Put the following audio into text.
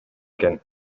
экен